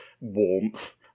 warmth